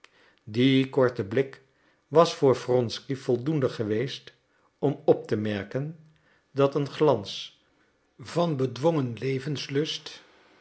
die korte blik was voor wronsky voldoende geweest om op te merken dat een glans van bedwongen levenslust